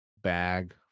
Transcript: bag